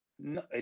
No